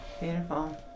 Beautiful